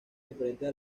diferentes